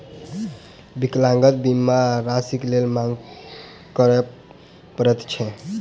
विकलांगता बीमा राशिक लेल मांग करय पड़ैत छै